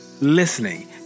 listening